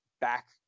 back